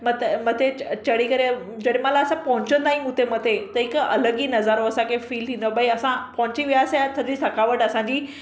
मत मथे च चढ़ी करे जेॾीमहिल असां पहुचंंदा आहियूं उते मथे त हिकु अलॻि ई नज़ारो असांखे फील थींदो आहे भई असां पहुची वियासे सॼी थकावट असांजी